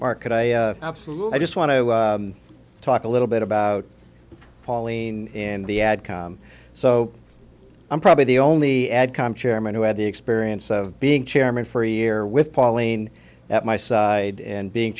market i absolutely just want to talk a little bit about pauline in the ad so i'm probably the only ad com chairman who had the experience of being chairman for a year with pauline at my side and being